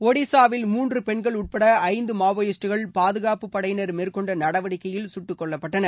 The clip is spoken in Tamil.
ஒடிஷாவில் மூன்று பெண்கள் உட்பட ஐந்து மாவோயிஸ்ட்டுகள் பாதுகாப்புப்படையினர் மேற்கொண்ட நடவடிக்கையில் சுட்டுக்கொல்லப்பட்டனர்